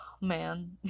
man